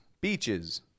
beaches